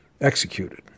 executed